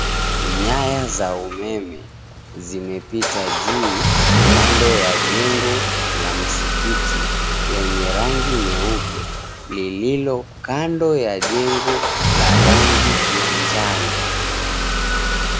Nyaya za umeme zimepita juu kando ya jengo la msikiti lenye rangi nyeupe lililo kando ya jengo la rangi ya njano.